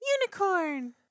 Unicorn